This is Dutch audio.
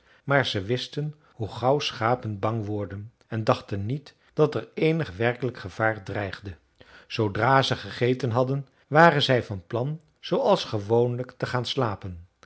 maar ze wisten hoe gauw schapen bang worden en dachten niet dat er eenig werkelijk gevaar dreigde zoodra ze gegeten hadden waren zij van plan zooals gewoonlijk te gaan slapen